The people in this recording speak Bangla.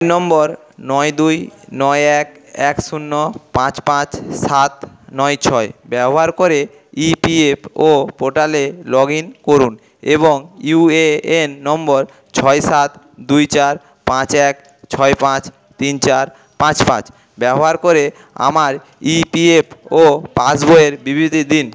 মোবাইল নম্বর নয় দুই নয় এক এক শূন্য পাঁচ পাঁচ সাত নয় ছয় ব্যবহার করে ইপিএফও পোর্টালে লগ ইন করুন এবং ইউএএন নম্বর ছয় সাত দুই চার পাঁচ এক ছয় পাঁচ তিন চার পাঁচ পাঁচ ব্যবহার করে আমার ইপিএফও পাসবইয়ের বিবৃতি দিন